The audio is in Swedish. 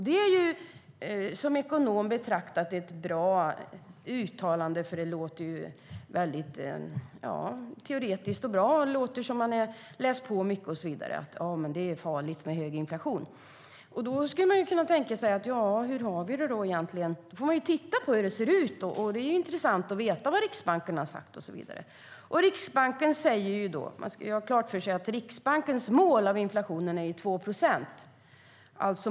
Det är som ekonom betraktat ett bra uttalande, för det låter ju väldigt teoretiskt och bra. Det låter som att man har läst på mycket om man säger att det är farligt med hög inflation. Hur har vi det då egentligen? Låt oss titta på hur det ser ut. Det är intressant att veta vad Riksbanken har sagt. Riksbankens mål för inflationen är 2 procent.